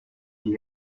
die